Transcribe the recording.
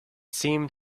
seemed